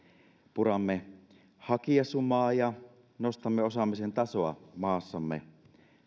puramme hakijasumaa ja nostamme osaamisen tasoa maassamme